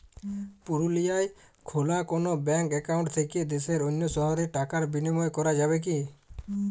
পুরুলিয়ায় খোলা কোনো ব্যাঙ্ক অ্যাকাউন্ট থেকে দেশের অন্য শহরে টাকার বিনিময় করা যাবে কি?